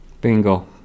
Bingo